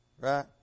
Right